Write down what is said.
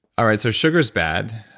all right. so sugar's bad.